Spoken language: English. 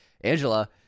Angela